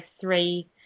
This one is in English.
three